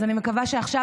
אז אני מקווה שעכשיו,